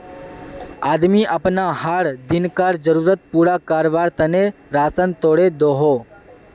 आदमी अपना हर दिन्कार ज़रुरत पूरा कारवार तने राशान तोड़े दोहों